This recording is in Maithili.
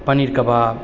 पनीर कबाब